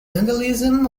vandalism